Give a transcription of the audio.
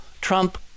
Trump